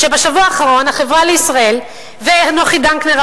שבשבוע האחרון "החברה לישראל" ונוחי דנקנר,